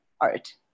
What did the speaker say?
art